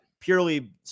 Purely